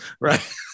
right